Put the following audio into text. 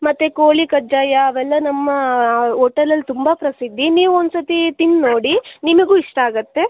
ಮತ್ತು ಕೋಳಿ ಕಜ್ಜಾಯ ಅವೆಲ್ಲ ನಮ್ಮ ಓಟೆಲಲ್ಲಿ ತುಂಬ ಪ್ರಸಿದ್ಧಿ ನೀವು ಒಂದು ಸತಿ ತಿಂದ್ ನೋಡಿ ನಿಮಗೂ ಇಷ್ಟ ಆಗುತ್ತೆ